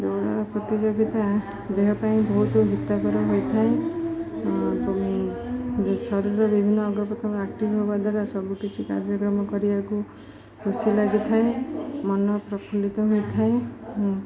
ଦୌଡ଼ ପ୍ରତିଯୋଗିତା ଦେହ ପାଇଁ ବହୁତ ହିତକର ହୋଇଥାଏ ଶରୀର ବିଭିନ୍ନ ଅଙ୍ଗ ପ୍ରତ୍ୟେଙ୍ଗ ଆକ୍ଟିଭ୍ ହବା ଦ୍ୱାରା ସବୁକିଛି କାର୍ଯ୍ୟକ୍ରମ କରିବାକୁ ଖୁସି ଲାଗିଥାଏ ମନ ପ୍ରଫୁଲ୍ଲିତ ହୋଇଥାଏ